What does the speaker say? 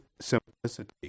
simplicity